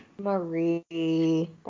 Marie